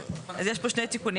אז יש פה שני תיקונים,